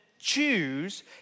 choose